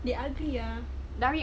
they ugly ah